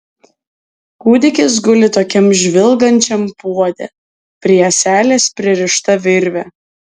kūdikis guli tokiam žvilgančiam puode prie ąselės pririšta virvė